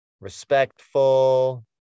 respectful